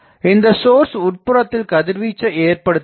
இந்த சோர்ஸ் உட்புறத்தில் கதிர் வீச்சை ஏற்படுத்துகிறது